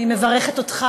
אני מברכת אותך